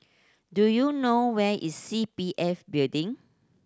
do you know where is C P F Building